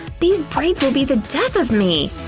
these braids will be the death of me!